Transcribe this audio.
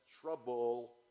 trouble